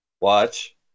Watch